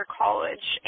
college